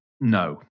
No